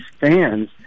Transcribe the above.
fans